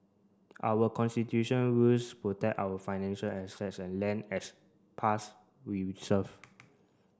our Constitutional rules protect our financial assets and land as past reserve